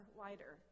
wider